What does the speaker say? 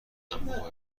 اما